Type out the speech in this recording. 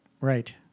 Right